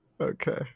okay